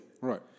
Right